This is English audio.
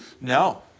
No